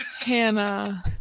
Hannah